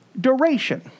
duration